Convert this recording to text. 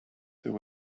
there